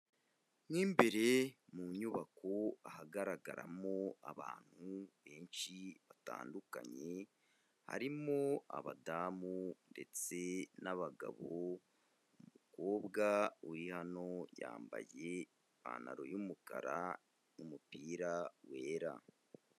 Mo imbere mu nyubako, ahagaragaramo abantu benshi batandukanye, harimo abadamu ndetse n'abagabo, umukobwa uri hano yambaye ipantaro y'umukara n'umupira wera.